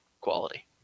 quality